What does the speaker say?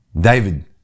David